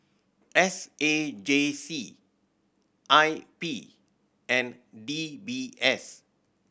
S A J C I P and D B S